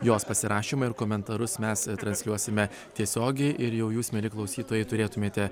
jos pasirašymą ir komentarus mes transliuosime tiesiogiai ir jau jūs mieli klausytojai turėtumėte